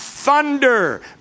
thunder